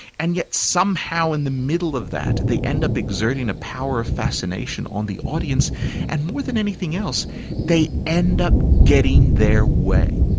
and yet somehow in the middle of that they end up exuding a power of fascination on the audience and more than anything else they end up getting their way.